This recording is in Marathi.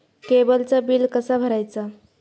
केबलचा बिल कसा भरायचा?